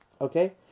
Okay